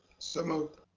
so moved.